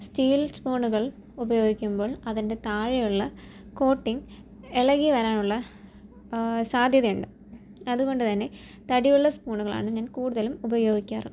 steel സ്പൂണുകൾ ഉപയോഗിക്കുമ്പോൾ അതിൻ്റെ താഴെയുള്ള കോട്ടിങ് ഇളകിവരാനുള്ള സാധ്യതയുണ്ട് അതുകൊണ്ടുതന്നെ തടിയുള്ള സ്പൂണുകളാണ് ഞാൻ കൂടുതലും ഉപയോഗിക്കാറ്